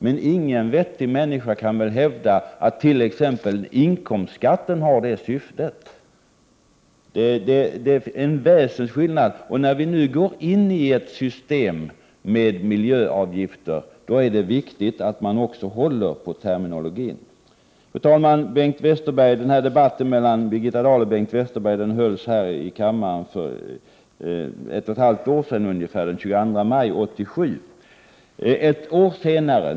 Men ingen vettig människa kan väl hävda att t.ex. inkomstskatten har det syftet. Det är en väsensskillnad mellan avgifter och skatter, och när vi nu går in i ett system med miljöavgifter är det viktigt att man också använder en riktig terminologi. Fru talman! Debatten mellan Birgitta Dahl och Bengt Westerberg hölls här i kammaren för ungefär ett och ett halvt år sedan, den 22 maj 1987.